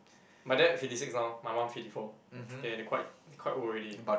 my dad is fifty six now my mum fifty four they they quite they quite old already